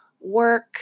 work